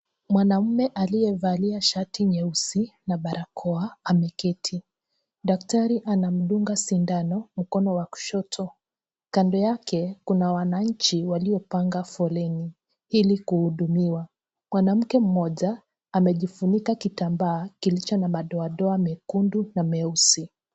Mwanaume aliyevalia shati nyeusi na barakoa ameketi, daktari anamdunga sindano mkono wa kushoto, kando yake kuna wananchi waliopanga foleni ili kuhudumiwa, mwanamke mmoja amejifunika kitambaa kilicho na madoadoa mekundu na meusi.